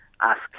ask